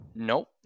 Nope